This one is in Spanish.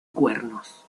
cuernos